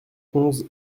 onze